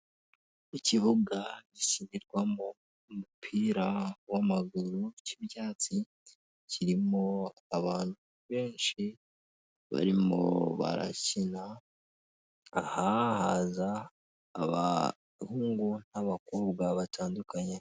Ku kibuga gisubirwamo umupira w'amaguru cy'ibyatsi kirimo abantu benshi barimo barakina aha haza abahungu n'abakobwa batandukanye.